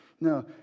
No